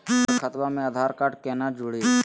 हमर खतवा मे आधार कार्ड केना जुड़ी?